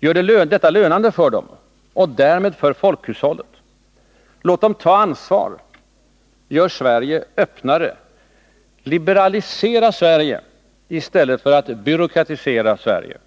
Gör detta lönande för dem och därmed för folkhushållet. Låt dem ta ansvar. Gör Sverige öppnare. Liberalisera Sverige i stället för att byråkratisera det.